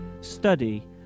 study